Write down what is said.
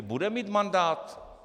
Bude mít mandát?